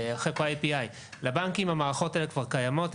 החוק IPI. לבנקים המערכות האלה כבר קיימות.